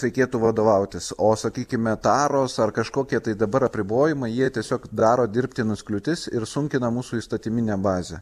reikėtų vadovautis o sakykime taros ar kažkokie tai dabar apribojimai jie tiesiog daro dirbtinas kliūtis ir sunkina mūsų įstatyminę bazę